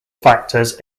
factors